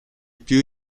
più